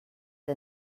the